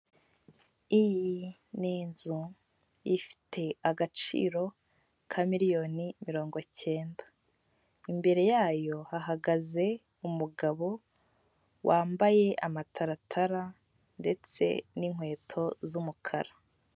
Iyi ni inzu ifite agaciro ka miliyoni mirongo cyenda, imbere y'ayo hahagaze umugabo wambaye amataratara ndetse n'inkweto z'umukara.